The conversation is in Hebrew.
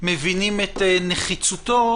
מבינים את נחיצותו,